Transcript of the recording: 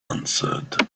answered